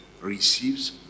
receives